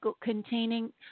containing